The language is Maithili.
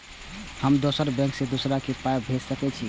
हम दोसर बैंक से दोसरा के पाय भेज सके छी?